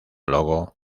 logo